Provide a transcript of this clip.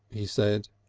he said.